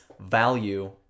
value